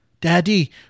Daddy